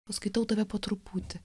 paskaitau tave po truputį